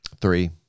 Three